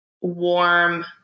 warm